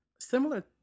similar